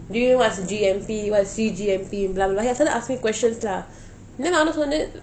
do you know what is G_M_P what is C_G_M_P and blah blah he started asking questions lah then நானும் சொன்னேன்:naanum sonnen